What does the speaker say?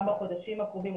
גם בחודשים הקרובים,